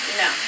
no